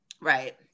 Right